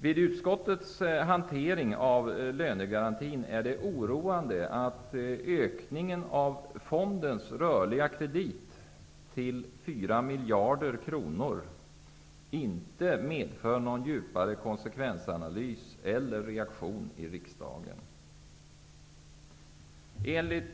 Det är oroande att ökningen av fondens rörliga kredit till 4 miljarder kronor, som blir resultatet av utskottets hantering av frågan om lönegarantin, inte medför någon djupare konsekvensanalys eller reaktion i riksdagen. Enligt